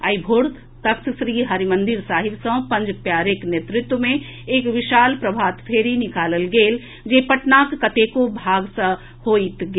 आई भोर तख्त श्री हरिमंदिर साहिब सॅ पंज प्यारेक नेतृत्व मे एक विशाल प्रभात फेरी निकालल गेल जे पटनाक कतेको भाग सॅ होइत गेल